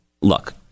look